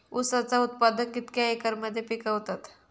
ऊसाचा उत्पादन कितक्या एकर मध्ये पिकवतत?